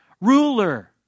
ruler